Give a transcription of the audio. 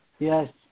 Yes